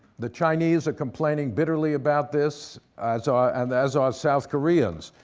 the chinese are complaining bitterly about this, as ah and as are south koreans.